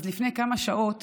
לפני כמה שעות